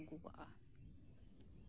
ᱧᱮᱞ ᱟᱹᱜᱩᱣᱟᱜᱼᱟ